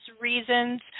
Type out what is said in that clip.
reasons